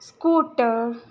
scooter